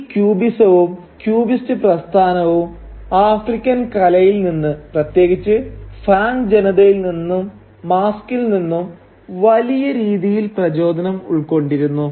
ഈ ക്യൂബിസവും ക്യൂബിസ്റ്റ് പ്രസ്ഥാനവും ആഫ്രിക്കൻ കലയിൽ നിന്ന് പ്രത്യേകിച്ച് ഫാങ് ജനതയിൽ നിന്നും മാസ്കിൽ നിന്നും വലിയ രീതിയിൽ പ്രചോദനം ഉൾക്കൊണ്ടിരുന്നു